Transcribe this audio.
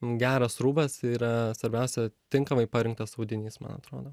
geras rūbas yra svarbiausia tinkamai parinktas audinys man atrodo